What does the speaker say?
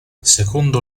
secondo